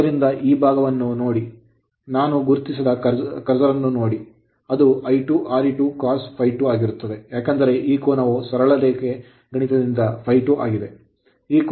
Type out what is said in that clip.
ಆದ್ದರಿಂದ ಈ ಭಾಗವನ್ನು ನೋಡಿ ನಾನು ಗುರುತಿಸದ ಕರ್ಸರ್ ಅನ್ನು ನೋಡಿ ಅದು I2 Re2 cos ∅2 ಆಗಿರುತ್ತದೆ ಏಕೆಂದರೆ ಈ ಕೋನವು ಸರಳ ರೇಖ ಗಣಿತದಿಂದ ∅2 ಆಗಿದೆ